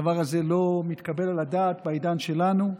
הדבר הזה לא מתקבל על הדעת בעידן שלנו,